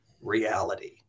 reality